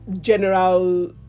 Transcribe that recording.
general